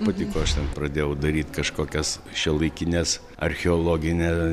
patiko aš ten pradėjau daryt kažkokias šiuolaikines archeologine